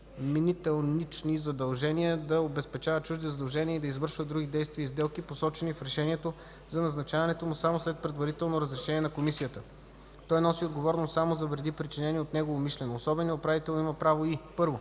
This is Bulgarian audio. менителнични задължения, да обезпечава чужди задължения и да извършва други действия и сделки, посочени в решението за назначаването му, само след предварително разрешение на комисията. Той носи отговорност само за вреди, причинени от него умишлено. Особеният управител има право и: 1.